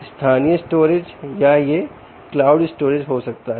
स्थानीय भंडारण या यह क्लाउड भंडारण हो सकता है